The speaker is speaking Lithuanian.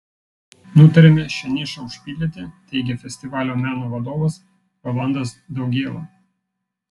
nutarėme šią nišą užpildyti teigė festivalio meno vadovas rolandas daugėla